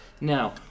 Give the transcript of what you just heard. now